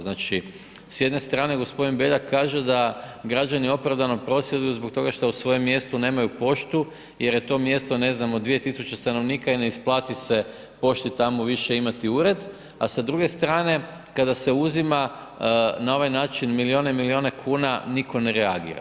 Znači, s jedne strane gospodin Beljak kaže da građani opravdano prosvjeduju zbog toga što u svojem mjestu nemaju poštu jer je to mjesto od 2.000 stanovnika i ne isplati se pošti tamo više imati ured, a sa druge strane kada se uzima na ovaj način milione i milione kuna nitko ne reagira.